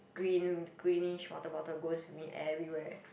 green greenish water bottle goes with me everywhere